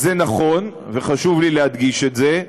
אז זה נכון, וחשוב לי להדגיש את זה,